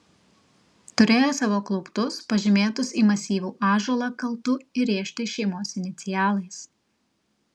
turėjo savo klauptus pažymėtus į masyvų ąžuolą kaltu įrėžtais šeimos inicialais